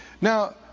Now